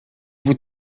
vous